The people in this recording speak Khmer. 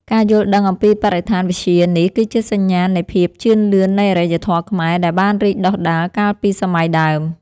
ការយល់ដឹងអំពីបរិស្ថានវិទ្យានេះគឺជាសញ្ញាណនៃភាពជឿនលឿននៃអរិយធម៌ខ្មែរដែលបានរីកដុះដាលកាលពីសម័យដើម។